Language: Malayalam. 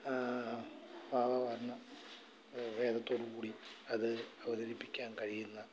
ഭാവവർണ്ണ ഭേദത്തോടുകൂടി അത് അവതരിപ്പിക്കാൻ കഴിയുന്ന